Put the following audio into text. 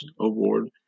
award